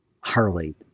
Harley